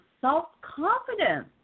self-confidence